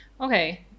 okay